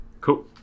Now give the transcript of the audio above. Cool